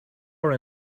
are